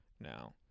now